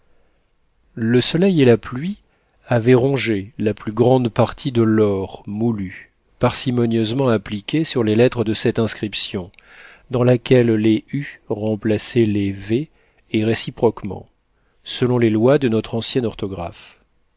le soleil et la pluie avaient rongé la plus grande partie de l'or moulu parcimonieusement appliqué sur les lettres de cette inscription dans laquelle les u remplaçaient les v et réciproquement selon les lois de notre ancienne orthographe